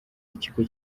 ikigo